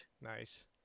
nice